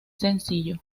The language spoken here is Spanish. sencillo